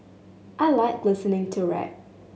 I like listening to rap